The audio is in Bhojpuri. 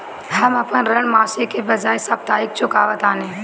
हम अपन ऋण मासिक के बजाय साप्ताहिक चुकावतानी